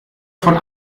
von